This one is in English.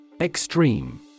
Extreme